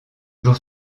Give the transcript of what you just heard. jour